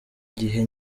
gihe